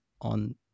on